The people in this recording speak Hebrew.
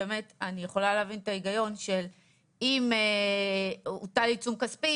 אני יכולה להבין את ההיגיון שאם הוטל עיצום כספי